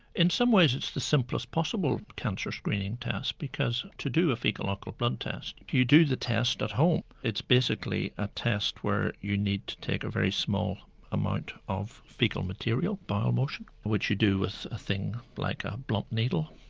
in some ways it's the simplest possible cancer screening test, because to do a fecal ah occult blood test you do the test at home. it's basically a test where you need to take a very small amount of fecal material, bowel motion, which you do with a thing like a blunt needle.